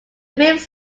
fifth